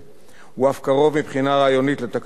הוא אף קרוב, מבחינה רעיונית, לתקנת הציבור.